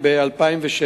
בבקשה.